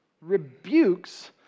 rebukes